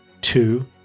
Two